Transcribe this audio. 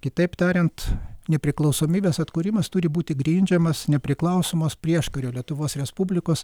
kitaip tariant nepriklausomybės atkūrimas turi būti grindžiamas nepriklausomos prieškario lietuvos respublikos